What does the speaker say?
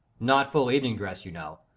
not full evening dress, you know.